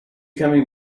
coming